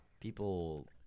people